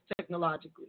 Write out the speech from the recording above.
technologically